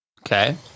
Okay